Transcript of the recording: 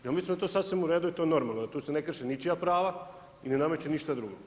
Ja mislim da je to sasvim u redu i to je normalno, tu se ne krše ničija prava i ne nameće ništa drugo.